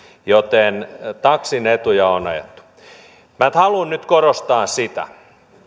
joten taksin etuja on ajettu minä haluan nyt korostaa sitä